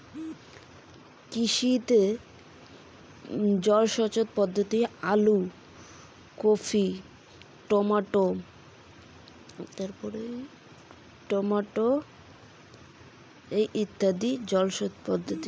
কৃষি জমিতে নল জলসেচ পদ্ধতিতে কী কী ফসল চাষ করা য়ায়?